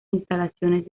instalaciones